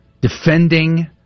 defending